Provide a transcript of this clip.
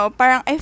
parang